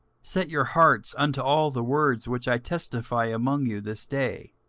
set your hearts unto all the words which i testify among you this day,